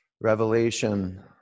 revelation